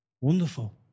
Wonderful